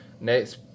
next